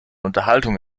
unterhaltung